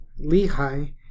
Lehi